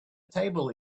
table